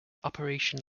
operation